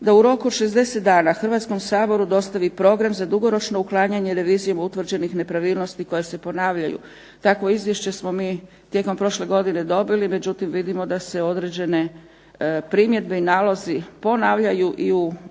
da u roku 60 dana Hrvatskom saboru dostavi program za dugoročno uklanjanje revizijom utvrđenih nepravilnosti koje se ponavljaju. Takvo izvješće smo mi tijekom prošle godine dobili, međutim vidimo da se određene primjedbe i nalozi ponavljaju i u Izvješću